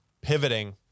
pivoting